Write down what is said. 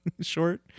short